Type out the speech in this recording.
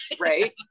right